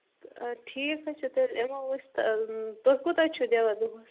اَدٕ ٹھیٖک ہَے چھُ تیٚلہِ یِمَو أسۍ تہٕ تُہۍ کوٗتاہ چھُو دِوان دۄہَس